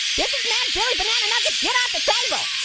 businessman billy banana nuggets, get off the table.